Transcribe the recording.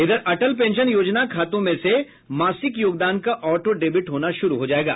इधर अटल पेंशन योजना खातों में से मासिक योगदान का ऑटो डेबिट होना शुरू हो जायेगा